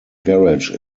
garage